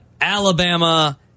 Alabama